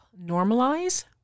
normalize